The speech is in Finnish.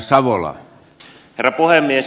herra puhemies